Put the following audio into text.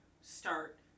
start